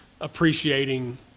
appreciating